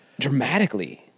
Dramatically